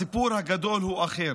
הסיפור הגדול הוא אחר,